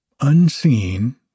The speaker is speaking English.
Unseen